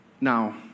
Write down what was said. Now